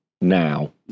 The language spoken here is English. now